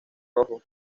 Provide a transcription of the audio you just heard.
rojo